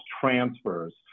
transfers